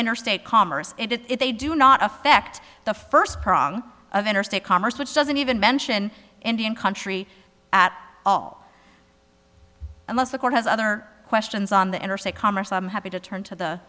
interstate commerce and if they do not affect the first prong of interstate commerce which doesn't even mention indian country at all unless the court has other questions on the interstate commerce i'm happy to turn to the